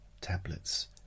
tablets